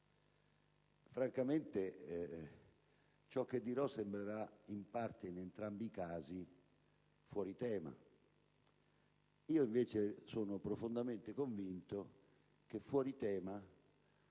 Francamente ciò che dirò sembrerà in entrambi i casi fuori tema, pur essendo io profondamente convinto che fuori tema